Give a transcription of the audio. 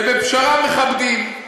ופשרה מכבדים.